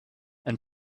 and